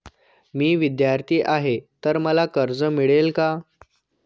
मी विद्यार्थी आहे तर मला कर्ज मिळेल का?